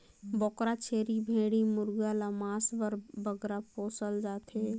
बोकरा, छेरी, भेंड़ी मुरगा ल मांस बर बगरा पोसल जाथे